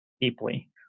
deeply